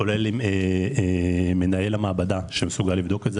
כולל עם מנהל המעבדה שמסוגל לבדוק את זה.